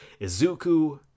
izuku